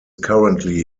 currently